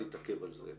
אני רוצה להתעכב על זה.